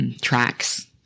tracks